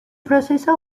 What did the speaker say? proceso